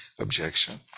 objection